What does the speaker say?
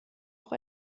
auch